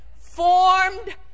formed